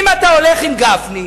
אם אתה הולך עם גפני,